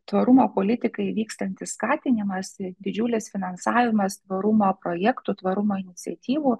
tvarumo politikai vykstantis skatinimas didžiulis finansavimas tvarumo projektų tvarumo iniciatyvų